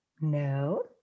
No